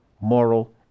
moral